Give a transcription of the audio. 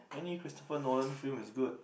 any Christopher Nolan film is good